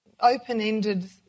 Open-ended